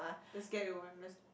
just get with one less